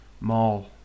mall